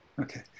Okay